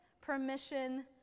permission